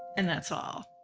and that's all.